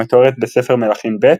המתוארת בספר מלכים ב',